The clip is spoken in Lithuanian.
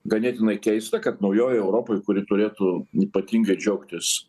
ganėtinai keista kad naujojoj europoj kuri turėtų ypatingai džiaugtis